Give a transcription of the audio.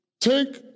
Take